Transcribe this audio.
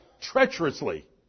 treacherously